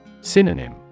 Synonym